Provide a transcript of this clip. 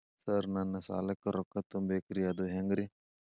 Sir ನನ್ನ ಸಾಲಕ್ಕ ರೊಕ್ಕ ತುಂಬೇಕ್ರಿ ಅದು ಹೆಂಗ್ರಿ?